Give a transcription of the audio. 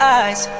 eyes